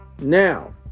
now